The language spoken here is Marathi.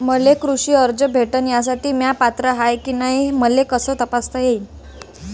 मले कृषी कर्ज भेटन यासाठी म्या पात्र हाय की नाय मले कस तपासता येईन?